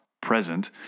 present